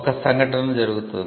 ఒక సంఘటన జరుగుతుంది